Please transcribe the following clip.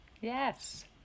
Yes